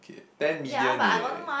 okay ten million eh